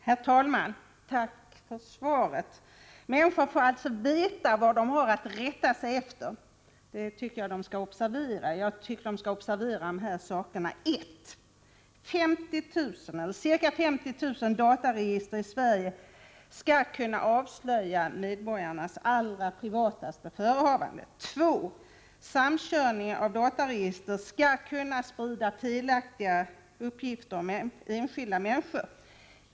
Herr talman! Tack för svaret. Människorna får alltså veta vad de har att rätta sig efter. Jag tycker att de skall observera följande. 1. Ca 50 000 dataregister i Sverige skall kunna avslöja medborgarnas allra privataste förehavanden. 2. Samkörning av dataregister skall kunna sprida felaktiga uppgifter om enskilda människor.